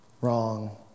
wrong